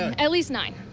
at least nine.